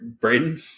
Braden